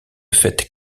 fête